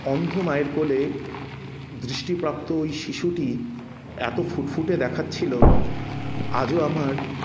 অন্ধ মায়ের কোলে দৃষ্টি প্রাপ্ত ওই শিশুটি এতো ফুটফুটে দেখাচ্ছিল আজও আমার